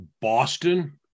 Boston